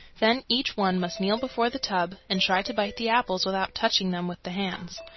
then each one must kneel before the tub and try to bite the apples without touching them with the hands.